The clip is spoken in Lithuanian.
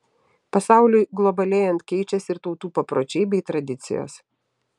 pasauliui globalėjant keičiasi ir tautų papročiai bei tradicijos